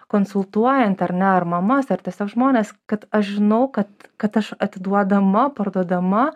konsultuojant ar ne ar mamas ar tiesiog žmones kad aš žinau kad kad aš atiduodama parduodama